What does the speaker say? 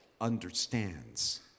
understands